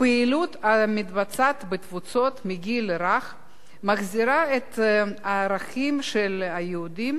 הפעילות המתבצעת בתפוצות מהגיל הרך מחזירה את הערכים של היהודים,